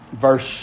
verse